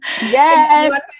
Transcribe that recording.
Yes